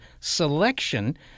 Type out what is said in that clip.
selection